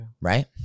Right